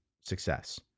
success